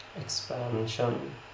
expansion